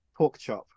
Porkchop